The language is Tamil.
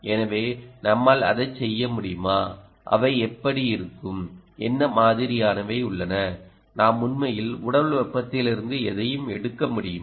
எனவே நம்மால் அதைச் செய்ய முடியுமா அவை எப்படி இருக்கும் என்ன மாதிரியானவை உள்ளனநாம் உண்மையில் உடல் வெப்பத்திலிருந்து எதையும் எடுக்க முடியுமா